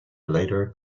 later